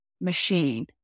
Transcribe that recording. machine